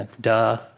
duh